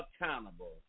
accountable